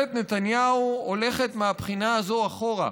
ממשלת נתניהו הולכת מהבחינה הזאת אחורה,